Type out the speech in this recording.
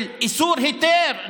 של איסור-היתר,